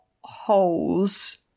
holes